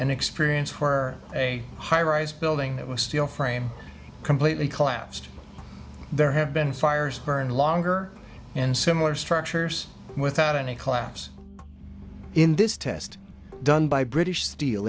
an experience for a high rise building that was steel frame completely collapsed there have been fires burn longer and similar structures without any collapse in this test done by british steel